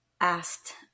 asked